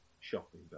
shopping